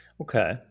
okay